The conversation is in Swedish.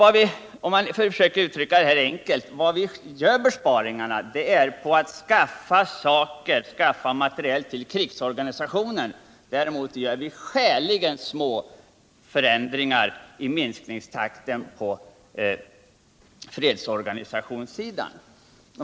För att försöka uttrycka det enkelt: Försvaret minskar anskaffningarna av materiel till krigsorganisationen. Däremot sker skäligen små minskningar beträffande fredsorganisationen.